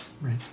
Right